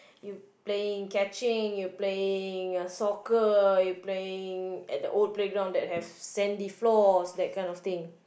you playing catching you playing uh soccer you playing at the old playground that has sandy floors that kind of thing